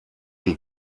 die